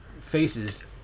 faces